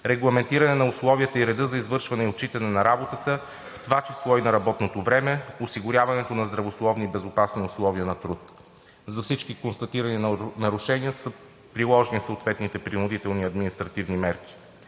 регламентиране на условията и реда за извършване и отчитане на работата, в това число и на работното време, осигуряването на здравословни и безопасни условия на труд. За всички констатирани нарушения са приложени съответните принудителни административни мерки.